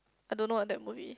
I don't know what that movie